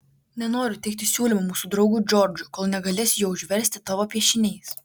nenoriu teikti siūlymo mūsų draugui džordžui kol negalėsiu jo užversti tavo piešiniais